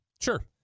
Sure